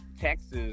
Texas